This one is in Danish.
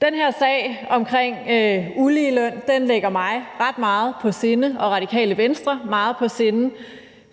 Den her sag omkring uligeløn ligger mig og Radikale Venstre meget på sinde.